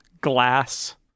glass